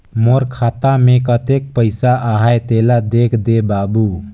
मोर खाता मे कतेक पइसा आहाय तेला देख दे बाबु?